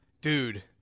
dude